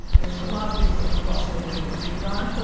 there's a lot of things that we cross over in agreeing on.